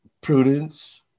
Prudence